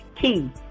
key